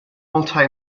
multi